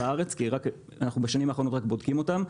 כי רק בשנים האחרונות אנחנו בודקים אותם.